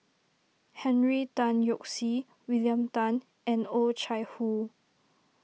Henry Tan Yoke See William Tan and Oh Chai Hoo